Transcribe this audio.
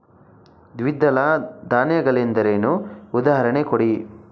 ದ್ವಿದಳ ಧಾನ್ಯ ಗಳೆಂದರೇನು, ಉದಾಹರಣೆ ಕೊಡಿ?